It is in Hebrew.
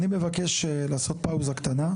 אני מבקש לעשות פאוזה קטנה.